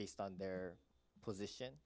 based on their position